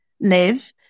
live